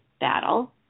battle